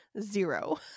zero